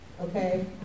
okay